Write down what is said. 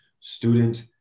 student